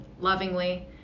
lovingly